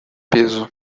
peso